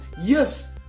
Yes